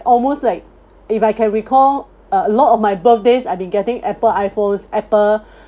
almost like if I can recall uh a lot of my birthdays I've been getting apple iphones apple